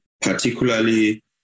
particularly